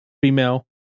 female